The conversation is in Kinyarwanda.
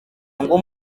ngo